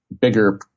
bigger